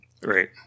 Right